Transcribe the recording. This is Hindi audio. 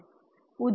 ठीक है